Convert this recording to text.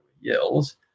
yells